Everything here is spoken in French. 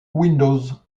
windows